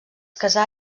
casà